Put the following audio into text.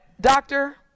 doctor